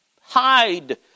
hide